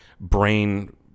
brain